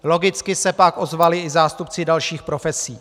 Logicky se pak ozvali zástupci dalších profesí.